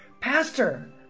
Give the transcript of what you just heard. Pastor